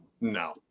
no